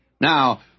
Now